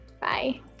bye